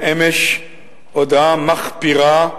הודעה מחפירה,